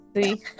See